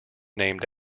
named